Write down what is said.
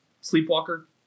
sleepwalker